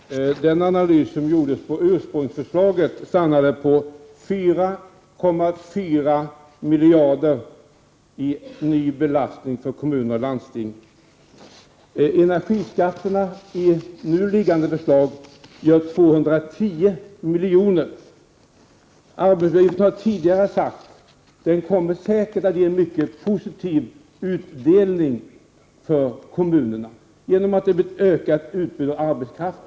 Herr talman! Den analys som gjordes när det gäller det ursprungliga förslaget visade att kostnaderna i form av en ökad belastning för kommuner och landsting stannade på 4,4 miljarder. Enligt det nu aktuella förslaget ger energiskatterna 210 milj.kr. Man har tidigare sagt att det här säkert innebär en mycket positiv utdelning för kommunerna genom att det blir ett ökat utbud av arbetskraft.